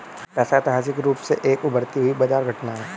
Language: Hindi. पैसा ऐतिहासिक रूप से एक उभरती हुई बाजार घटना है